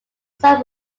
some